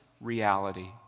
reality